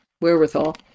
wherewithal